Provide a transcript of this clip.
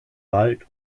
wald